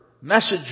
message